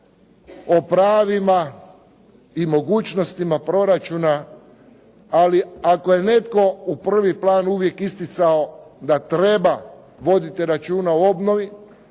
o pravima i mogućnostima proračuna, ali ako je netko u prvi plan uvijek isticao da treba voditi računa o obnovi